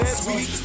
sweet